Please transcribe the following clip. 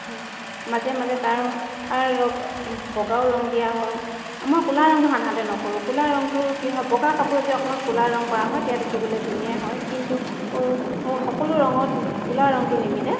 মাজে মাজে তাৰ লগ বগাও ৰং দিয়া হয় মই ক'লা ৰংটো সাধাৰণতে নকৰোঁ ক'লা ৰংটো কি হয় বগা কাপোৰত যদি অকণমান ক'লা ৰং কৰা হয় তেতিয়া দেখিবলৈ ধুনীয়াই হয় কিন্তু সকলো ৰঙত ক'লা ৰংটো নিমিলে